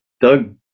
Doug